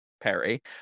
Perry